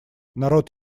народ